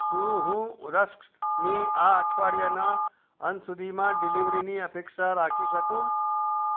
શું હું રસ્કની આ અઠવાડિયાના અંત સુધીમાં ડિલિવરીની અપેક્ષા રાખી શકું